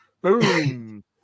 boom